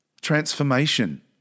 transformation